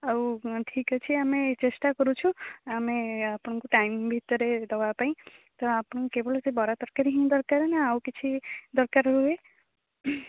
ଆଉ ଠିକ୍ ଅଛି ଆମେ ଚେଷ୍ଟା କରୁଛୁ ଆମେ ଆପଣଙ୍କୁ ଟାଇମ୍ ଭିତରେ ଦେବା ପାଇଁ ତ ଆପଣ କେବଳ ସେ ବରା ତରକାରୀ ହିଁ ଦରକାର ନା ଆଉ କିଛି ଦରକାର ହୁଏ